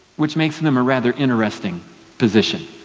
which makes them them a rather interesting position.